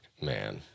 Man